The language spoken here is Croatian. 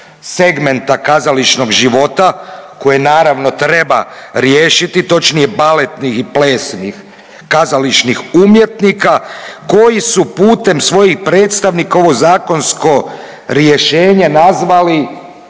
segmenta kazališnog života, koje naravno, treba riješiti, točnije baletnih i plesnih kazališnih umjetnika koji su putem svojih predstavnika ovo zakonsko rješenje nazvali,